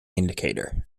indicator